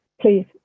Please